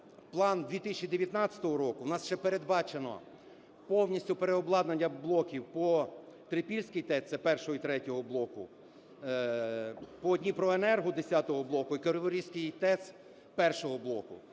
план 2019 року в нас ще передбачено повністю переобладнання блоків по Трипільській ТЕС – це першого і третього блоку, по "Дніпроенерго" – десятого блоку і Криворізькій ТЕС – першого блоку.